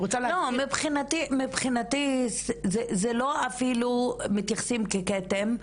לא, מבחינתי, זה אפילו לא שמתייחסים כאל כתם.